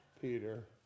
Peter